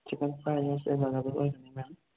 chicken fried rice available ꯑꯣꯏꯒꯅꯤ ꯃꯦꯝ